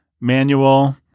manual-